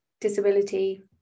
disability